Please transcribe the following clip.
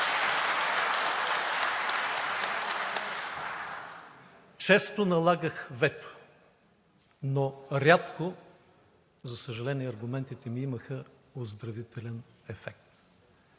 Често налагах вето, но рядко, за съжаление, аргументите ми имаха оздравителен ефект.